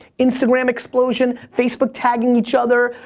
instagram explosion, facebook tagging each other.